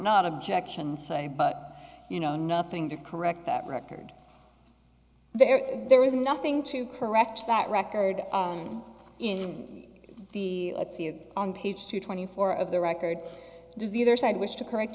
not objection so i but you know nothing to correct that record there there is nothing to correct that record in the a c is on page two twenty four of the record does either side wish to correct